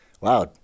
wow